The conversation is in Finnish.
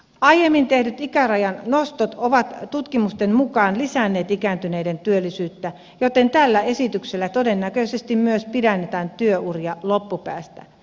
aiemmin tehdyt ikärajan nostot ovat tutkimusten mukaan lisänneet ikääntyneiden työllisyyttä joten tällä esityksellä todennäköisesti myös pidennetään työuria loppupäästä